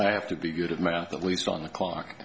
i have to be good at math at least on the clock